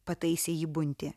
pataisė jį buntė